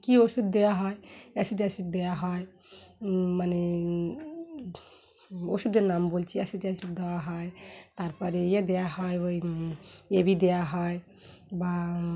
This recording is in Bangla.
কী ওষুধ দেওয়া হয় অ্যাসিড অ্যাসিড দেওয়া হয় মানে ওষুধের নাম বলছি অ্যাসিড অ্যাসিড দেওয়া হয় তারপরে ইয়ে দেওয়া হয় ওই এ বি দেওয়া হয় বা